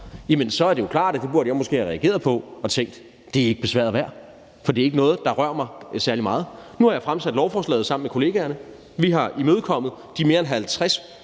er det jo klart, at det burde jeg måske have reageret på og tænkt: Det er ikke besværet værd, for det er ikke noget, der rører mig særlig meget. Nu har jeg fremsat lovforslaget sammen med kollegaerne. Vi har imødekommet de mere end 50